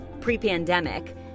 Pre-pandemic